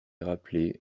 rappelé